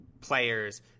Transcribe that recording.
players